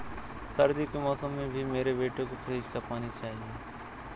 सर्दी के मौसम में भी मेरे बेटे को फ्रिज का पानी चाहिए